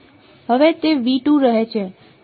હવે તે રહે છે